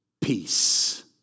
peace